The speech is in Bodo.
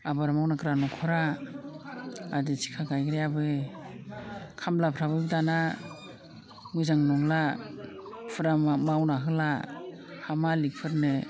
आबाद मावग्रा न'खरा आदि थिखा गायग्रायाबो खामलाफ्राबो दाना मोजां नंला फुरा मावना होला हा मालिखफोरनो